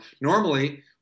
Normally